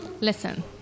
Listen